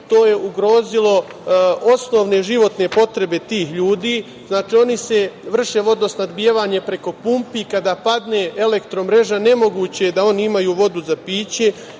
To je ugrozilo osnovne životne potrebe tih ljudi. Oni vrše vodosnabdevanje preko pumpi i kada padne elektro-mreža, nemoguće je da oni imaju vodu za piće. Imali